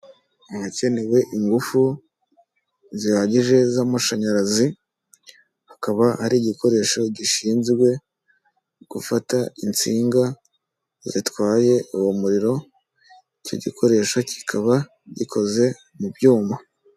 Umuntu ukeneye ingufu zihagije z'amashanyarazi, akaba ari igikoresho gishinzwe gufata insinga zitwaye uwo muriro, icyo gikoresho kikaba gikoze mu byuma.